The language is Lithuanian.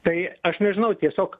tai aš nežinau tiesiog